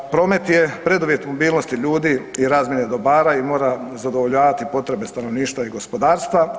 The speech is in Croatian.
Promet je preduvjet mobilnosti ljudi i razmjene dobara i mora zadovoljavati potrebe stanovništva i gospodarstva.